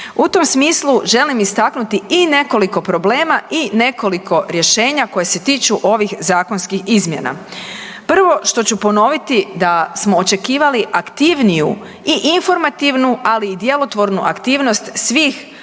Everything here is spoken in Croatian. U tom smislu želim istaknuti i nekoliko problema i nekoliko rješenja koji se tiču ovih zakonskih izmjena. Prvo što ću ponoviti da smo očekivali aktivniju i informativnu, ali i djelotvornu aktivnost svih